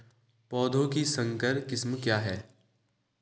पौधों की संकर किस्में क्या हैं?